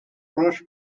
prost